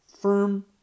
firm